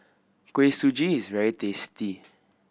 Kuih Suji is very tasty